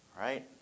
right